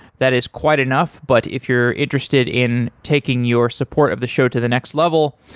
that is quite enough, but if you're interested in taking your support of the show to the next level,